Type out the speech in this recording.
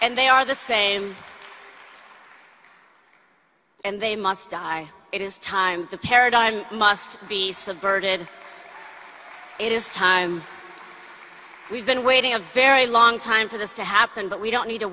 and they are the same and they must die it is time the paradigm must be subverted it is time we've been waiting a very long time for this to happen but we don't need